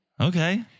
Okay